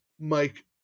Mike